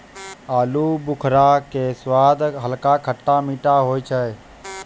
आलूबुखारा के स्वाद हल्का खट्टा मीठा होय छै